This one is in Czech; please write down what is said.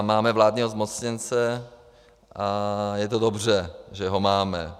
Máme vládního zmocněnce a je to dobře, že ho máme.